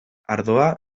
ardoa